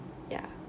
ya